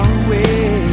away